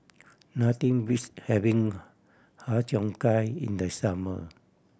nothing beats having Har Cheong Gai in the summer